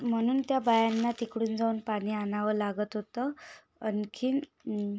म्हणून त्या बायांना तिकडून जाऊन पाणी आणावं लागत होतं आणखीन